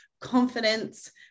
confidence